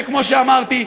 שכמו שאמרתי,